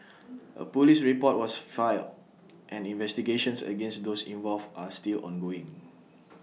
A Police report was filed and investigations against those involved are still ongoing